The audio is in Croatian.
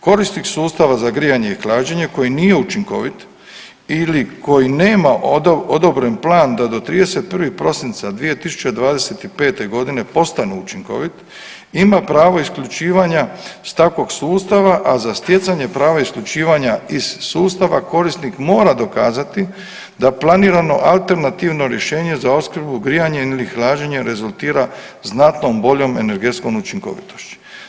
Korisnik sustava za grijanje i hlađenje koji nije učinkovit ili koji nema odobren plan da do 31. prosinca 2025.g. postane učinkovit ima pravo isključivanja s takvog sustava, a za stjecanje prava isključivanja iz sustava korisnik mora dokazati da planirano alternativno rješenje za opskrbu grijanja ili hlađenja rezultira znatno boljom energetskom učinkovitošću.